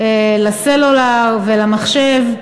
לסלולר או למחשב,